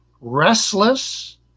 restless